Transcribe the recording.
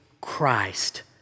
Christ